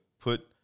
put